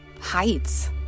heights